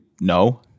no